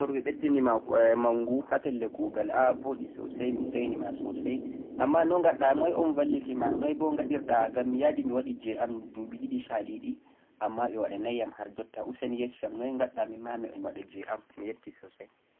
mi nani habaru ɓe ɓeddi nima manngu ha pelle kuugal, a' bo'ɗi soosay mi seyinima soosay ammaa no gaɗɗa ?,moy un balli ma?, noy bo gaɗɗir ɗa?, ngam mi yadi mi waɗi jee am duuɓi ɗiɗi shaliɗi ammaa ɓe waɗa nay am har jotta. Useni yeccam noy gaɗɗa min ma ha mi heɓa mi waɗa jee am